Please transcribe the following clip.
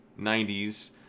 90s